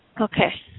Okay